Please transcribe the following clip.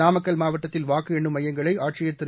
நாமக்கல் மாவட்டத்தில் வாக்குஎண்ணும் மையங்களைஆட்சியர் திரு